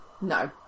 No